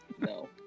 No